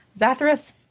Zathras